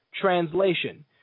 Translation